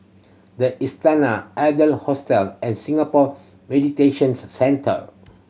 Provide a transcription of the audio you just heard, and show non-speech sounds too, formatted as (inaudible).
The Istana Adler Hostel and Singapore (unintelligible) Centre